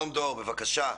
בבקשה,